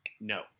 no